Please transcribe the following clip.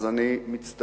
אז אני מצטער,